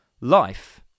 life